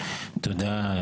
תודה,